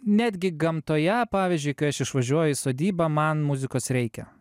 netgi gamtoje pavyzdžiui kai aš išvažiuoju į sodybą man muzikos reikia